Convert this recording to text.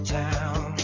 town